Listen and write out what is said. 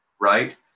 right